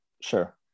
Sure